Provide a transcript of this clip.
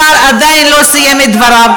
השר עדיין לא סיים את דבריו.